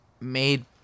made